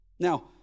Now